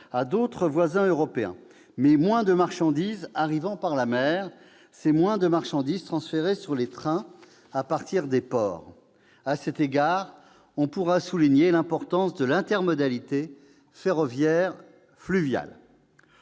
à fait ! Quoi qu'il en soit, moins de marchandises arrivant par la mer, c'est moins de marchandises transférées sur les trains à partir des ports. À cet égard, on pourra souligner l'importance de l'intermodalité ferroviaire-fluvial.